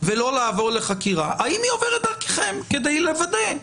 ולא לעבור לחקירה, האם היא עוברת דרכם כדי לוודא?